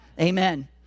Amen